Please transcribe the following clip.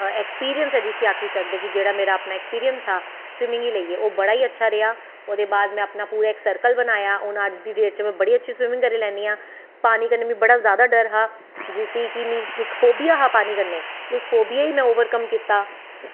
experience ऐ जिसी आक्खी सकदे कि जेह्ड़ा मेरा अपनां ऐक्सपिरिंस हा सविमिंग गी लेईयै ओह् बड़ा गै अच्चा रेहा ओह्दे बाद में अपनां पूरा इक सर्कल बना या हून अज्ज दी डेट च में बड़ी अच्ची सविमिंग करी लैनी आं पानी कन्नैं मिगी बड़ा जादा डर हा जिसी कि मिगी फोबिया बी ऐहा पानी कन्नैं उस फोबिया गी में कम कीता